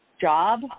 job